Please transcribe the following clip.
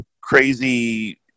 crazy